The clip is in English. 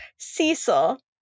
Cecil